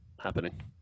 happening